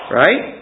right